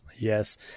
Yes